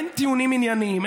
אין טיעונים ענייניים,